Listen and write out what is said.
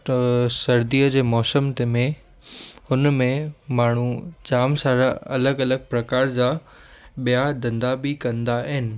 त सर्दीअ जे मौसमित में हुनमें माण्हूं जाम सारा अलॻि अलॻि प्रकार जा ॿिया धंधा बि कंदा आहिनि